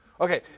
Okay